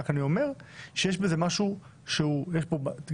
אני רק אומר שיש בזה משהו שיש בו גם